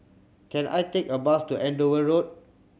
can I take a bus to Andover Road